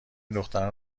دختران